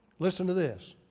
listen to this.